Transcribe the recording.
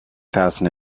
thousand